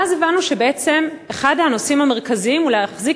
ואז הבנו שאחד הנושאים המרכזיים הוא להחזיק